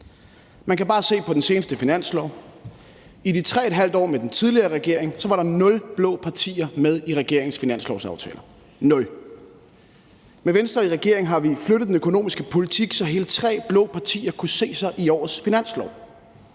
Man kan bare se på den seneste finanslov. I de 3½ år med den tidligere regering var der nul blå partier med i regeringens finanslovsaftaler, nul. Med Venstre i regeringen har vi flyttet den økonomiske politik, så hele tre blå partier kunne se sig selv i årets finanslov.